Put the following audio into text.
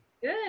Good